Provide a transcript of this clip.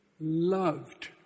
loved